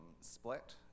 split